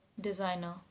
designer